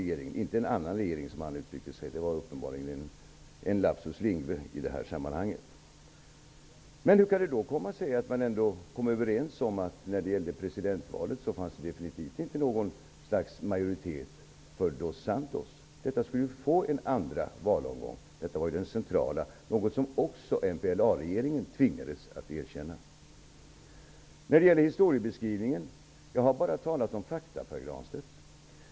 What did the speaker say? Han använde orden ''en annan regering'', men det var uppenbarligen en lapsus linguae. Hur kan det då komma sig att man kom överens om att det definitivt inte fanns någon majoritet för Dos Santos i presidentvalet? Det skulle ju bli en andra valomgång. Det var den centrala frågan. Det tvingades också MPLA regeringen att erkänna. När det gäller historiebeskrivningen vill jag säga att jag bara har talat om fakta, Pär Granstedt.